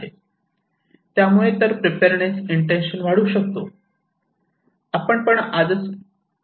त्यामुळे तर preparedness intention वाढू शकतो